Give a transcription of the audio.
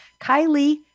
Kylie